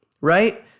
Right